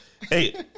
Hey